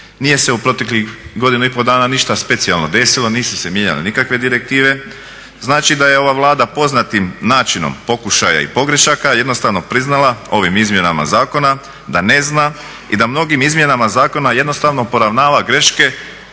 nije se u proteklih godinu i pol dana ništa specijalno desilo, nisu se mijenjale nikakve direktive. Znači da je ova Vlada poznatim načinom pokušaja i pogrešaka jednostavno priznala ovim izmjenama zakona da ne zna i da mnogim izmjenama zakona jednostavno poravnava greške